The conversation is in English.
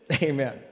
Amen